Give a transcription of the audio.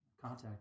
contact